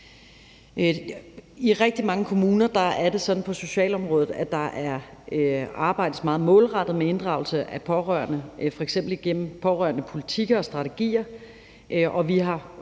I rigtig mange kommuner er det sådan på socialområdet, at der arbejdes meget målrettet med inddragelse af pårørende, f.eks. gennem pårørendepolitikker og -strategier,